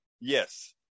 yes